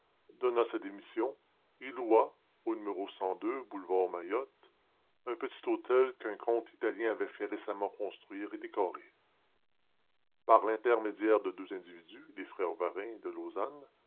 donna sa démission et loua au numéro boulevard maillot un petit hôtel qu'un comte italien avait fait récemment construire et décorer par l'intermédiaire de deux individus les frères varin de lausanne